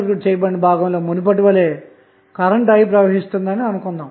ఆ పై 2 టెర్మినల్స్ లో ఇన్పుట్ రెసిస్టెన్స్ ను కనుగొందాము